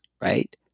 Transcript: right